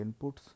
inputs